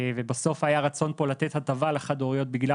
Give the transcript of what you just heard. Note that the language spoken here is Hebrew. ובסוף היה רצון פה לתת הטבה לחד-הוריות בגלל